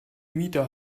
mieter